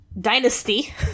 dynasty